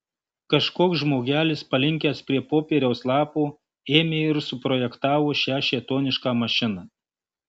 kažkoks žmogelis palinkęs prie popieriaus lapo ėmė ir suprojektavo šią šėtonišką mašiną